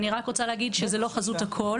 אני רק רוצה להגיד שזה לא חזות הכול